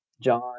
John